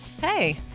Hey